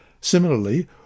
Similarly